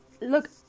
look